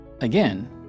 Again